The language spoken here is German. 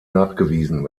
nachgewiesen